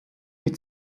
mit